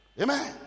Amen